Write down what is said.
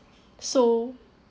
so